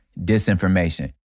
Disinformation